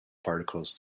particles